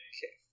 Okay